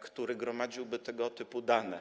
który gromadziłby tego typu dane.